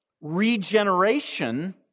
regeneration